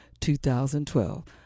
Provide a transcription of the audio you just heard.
2012